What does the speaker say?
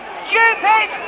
stupid